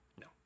No